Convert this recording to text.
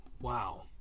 Wow